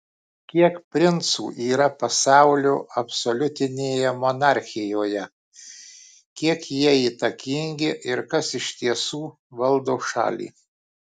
kiek princų yra pasaulio absoliutinėje monarchijoje kiek jie įtakingi ir kas iš tiesų valdo šalį